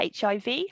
HIV